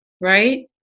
Right